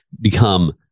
become